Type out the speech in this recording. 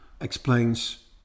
explains